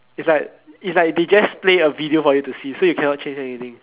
it's like it's like they just play a video for you to see so you cannot change anything